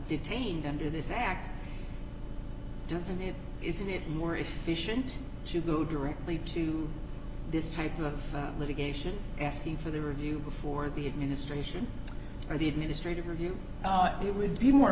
detained under this act doesn't it isn't it more efficient to go directly to this type of litigation asking for the review before the administration or the administrative review it would be more